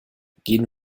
gehen